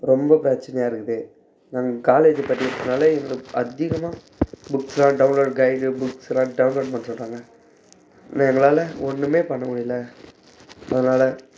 ரொம்ப பிரச்சனையாக இருக்குது நாங்கள் காலேஜ் படிக்கிறதனால எங்களுக்கு அதிகமாக புக்ஸ்லாம் டவுன்லோடு கைடு புக்ஸ்லாம் டபுன்லோடு பண்ண சொல்கிறாங்க எங்களால் ஒன்றுமே பண்ணமுடியல அதனால